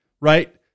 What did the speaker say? Right